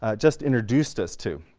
ah just introduced us to.